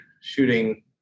shooting –